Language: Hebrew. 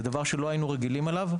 זה דבר שלא היינו רגילים אליו.